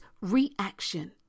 reaction